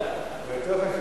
הבדלות.